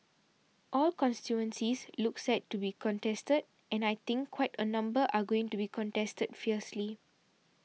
all constituencies look set to be contested and I think quite a number are going to be contested fiercely